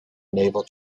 naval